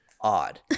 odd